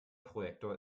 projektor